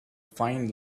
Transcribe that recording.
fine